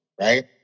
right